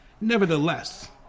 nevertheless